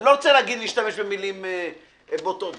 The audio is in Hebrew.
לא רוצה להשתמש במילים בוטות.